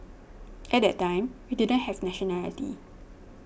at that time we didn't have nationality